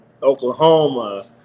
Oklahoma